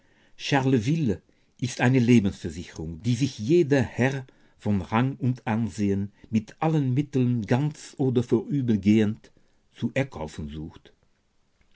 charleville ist eine lebensversicherung die sich jeder herr von rang und ansehen mit allen mitteln ganz oder vorübergehend zu erkaufen sucht